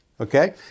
Okay